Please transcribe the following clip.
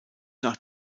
nach